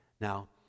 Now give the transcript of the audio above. Now